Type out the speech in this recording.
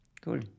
cool